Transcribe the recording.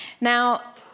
Now